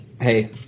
Hey